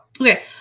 Okay